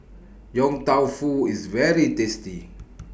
Yong Tau Foo IS very tasty